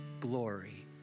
glory